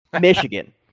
Michigan